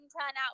turnout